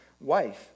wife